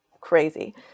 crazy